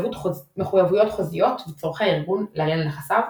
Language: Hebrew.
מחויבויות חוזיות וצרכי הארגון להגן על נכסיו,